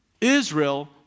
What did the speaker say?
Israel